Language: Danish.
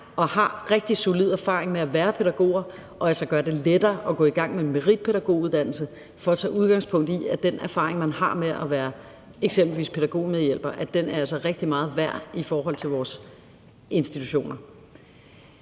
som har rigtig solid erfaring med at være pædagoger, og altså gøre det lettere at gå i gang med en meritpædagoguddannelse for at tage udgangspunkt i, at den erfaring, man har med at være eksempelvis pædagogmedhjælper, altså er rigtig meget værd i forhold til vores institutioner.